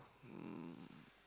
um